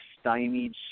stymied